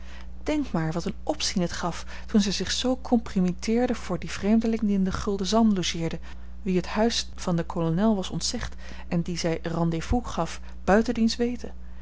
denk maar wat een opzien het gaf toen zij zich zoo compromitteerde voor dien vreemdeling die in de gulden zalm logeerde wien het huis van den kolonel was ontzegd en dien zij rendez-vous gaf buiten diens weten